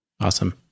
Awesome